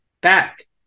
back